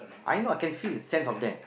I know I can fit in sense of them